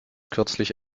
kürzlich